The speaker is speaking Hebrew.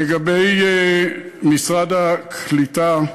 לגבי משרד הקליטה,